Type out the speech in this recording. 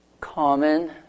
common